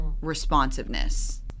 responsiveness